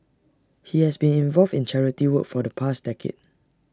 he has been involved in charity work for the past decade